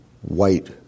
white